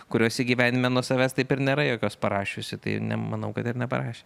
kurios ji gyvenime nuo savęs taip ir nėra jokios parašiusi tai ne manau kad ir neparašė